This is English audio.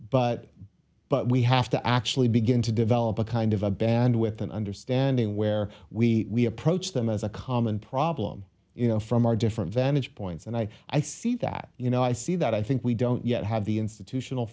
but but we have to actually begin to develop a kind of a band with an understanding where we approach them as a common problem you know from our different vantage points and i i see that you know i see that i think we don't yet have the institutional